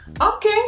Okay